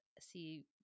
see